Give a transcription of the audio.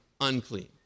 unclean